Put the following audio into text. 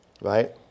right